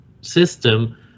system